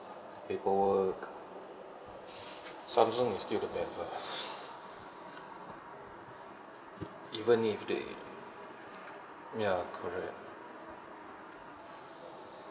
paperwork samsung is still the best lah even if they ya correct